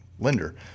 lender